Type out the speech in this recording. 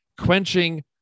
quenching